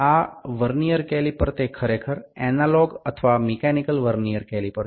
এই ভার্নিয়ার ক্যালিপারটি আসলে অ্যানালগ বা যান্ত্রিক ভার্নিয়ার ক্যালিপার